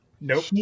Nope